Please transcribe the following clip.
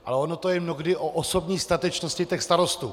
Ale ono to je mnohdy o osobní statečnosti starostů.